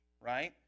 right